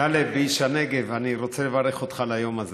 טלב, כאיש הנגב, אני רוצה לברך אותך על היום הזה